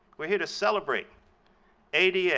we're here to celebrate ada